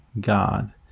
God